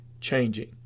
changing